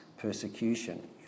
Persecution